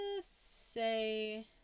say